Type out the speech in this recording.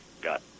got